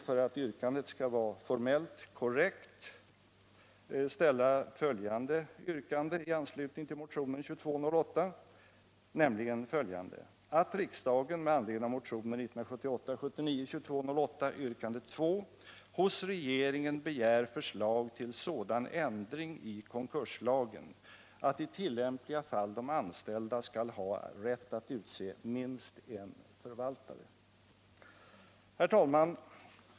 För att det skall vara formellt korrekt vill jag i anslutning till motionen 1978/79:2208 yrka: Herr talman!